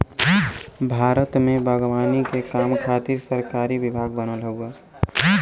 भारत में बागवानी के काम खातिर सरकारी विभाग बनल हउवे